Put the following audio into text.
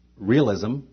realism